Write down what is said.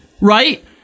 Right